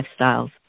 lifestyles